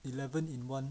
eleven in one